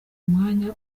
umwanya